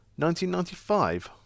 1995